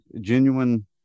genuine